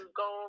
go